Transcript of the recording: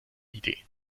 idee